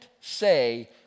say